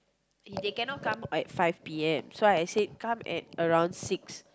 if they cannot come at five p_m so I said come at around six